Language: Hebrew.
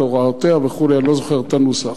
את הוראותיה וכו' אני לא זוכר את הנוסח.